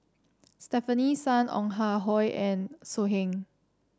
Stefanie Sun Ong Ah Hoi and So Heng